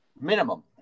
Minimum